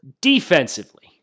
Defensively